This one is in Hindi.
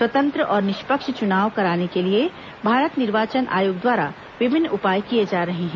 स्वतंत्र और निष्पक्ष चुनाव कराने के लिए भारत निर्वाचन आयोग द्वारा विभिन्न उपाए किए जा रहे हैं